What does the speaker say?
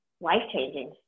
life-changing